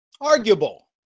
arguable